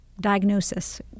diagnosis